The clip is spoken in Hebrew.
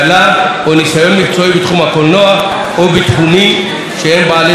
ניסיון מקצועי בתחום הקולנוע או בתחומים שהם בעלי זיקה לכך.